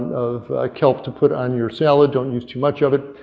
of kelp to put on your salad. don't use too much of it.